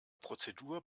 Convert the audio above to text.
prozedur